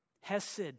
Hesed